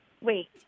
Wait